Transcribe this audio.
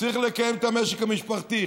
צריך לקיים את המשק המשפחתי.